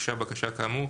הוגשה בקשה כאמור,